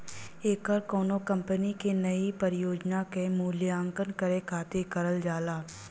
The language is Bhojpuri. ऐकर कउनो कंपनी क नई परियोजना क मूल्यांकन करे खातिर करल जाला